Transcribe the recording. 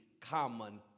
common